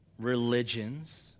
Religions